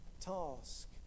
task